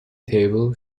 table